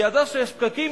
היא ידעה שיש פקקים,